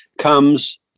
comes